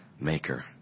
maker